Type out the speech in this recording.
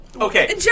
Okay